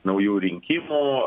naujų rinkimų